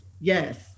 Yes